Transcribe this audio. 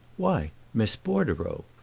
why, miss bordereau!